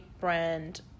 brand